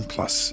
Plus